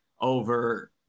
over